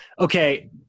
Okay